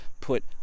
put